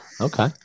Okay